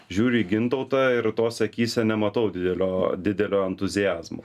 žiūriu į gintautą ir tose akyse nematau didelio didelio entuziazmo